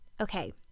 Okay